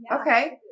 Okay